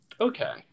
okay